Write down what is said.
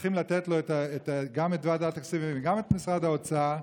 והולכים לתת לו גם את ועדת הכספים וגם את משרד האוצר,